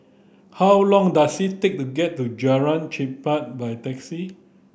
how long does it take to get to Jalan Chempah by taxi